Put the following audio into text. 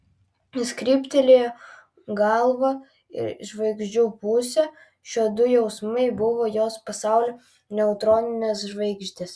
jis kryptelėjo galvą į žvaigždžių pusę šiuodu jausmai buvo jos pasaulio neutroninės žvaigždės